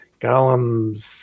golems